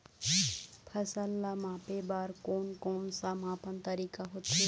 फसल ला मापे बार कोन कौन सा मापन तरीका होथे?